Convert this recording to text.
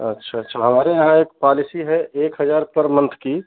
अच्छा अच्छा हमारे यहाँ एक पालिसी है एक हज़ार पर मंथ की